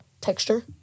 texture